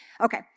Okay